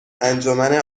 انجمن